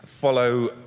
follow